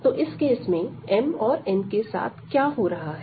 तो इस केस में m और n के साथ क्या हो रहा है